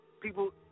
People